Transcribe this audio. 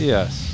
Yes